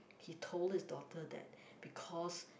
he told his daughter that because